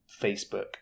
Facebook